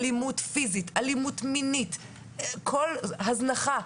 אלימות מינית, הזנחה,